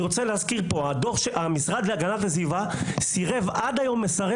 אני רוצה להזכיר שהמשרד להגנת הסביבה עד היום מסרב